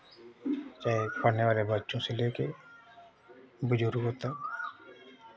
चाहे पढ़ने वाले बच्चों से ले कर बुज़ुर्गों तक